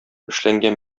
эшләнгән